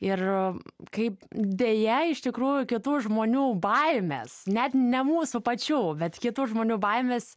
ir kaip deja iš tikrųjų kitų žmonių baimės net ne mūsų pačių bet kitų žmonių baimės